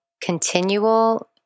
continual